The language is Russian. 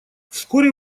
вскоре